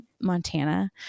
Montana